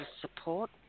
support